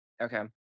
Okay